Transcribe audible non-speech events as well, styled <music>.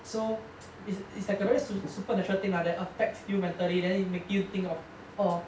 so <noise> it's it's like a very supernatural thing like that affects you mentally then makes you think of